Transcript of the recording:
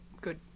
good